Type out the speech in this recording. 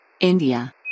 India